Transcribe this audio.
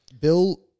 Bill